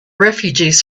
refugees